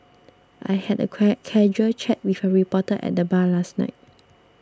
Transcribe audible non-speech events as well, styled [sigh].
I had a [unintelligible] casual chat with a reporter at the bar last night